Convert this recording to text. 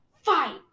fight